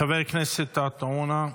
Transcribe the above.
חבר הכנסת עטאונה,